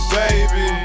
baby